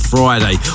Friday